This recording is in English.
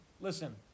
listen